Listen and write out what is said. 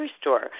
store